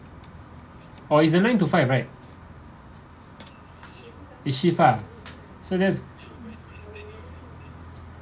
or is nine to five right is shift ah so that's